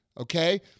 okay